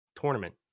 Tournament